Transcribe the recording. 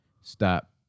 stop